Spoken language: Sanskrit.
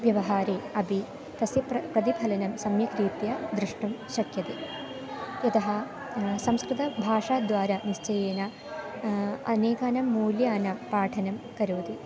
व्यवहारे अपि तस्य प्रति प्रतिफलनं सम्यग्रीत्या द्रष्टुं शक्यते यतः संस्कृतभाषाद्वारा निश्चयेन अनेकानां मूल्यानां पाठनं करोति